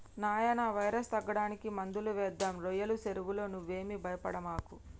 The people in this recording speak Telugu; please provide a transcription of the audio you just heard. నాయినా వైరస్ తగ్గడానికి మందులు వేద్దాం రోయ్యల సెరువులో నువ్వేమీ భయపడమాకు